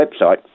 website